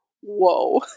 Whoa